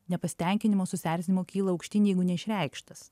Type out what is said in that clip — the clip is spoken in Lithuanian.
nepasitenkinimo susierzinimo kyla aukštyn jeigu neišreikštas